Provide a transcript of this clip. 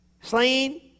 Slain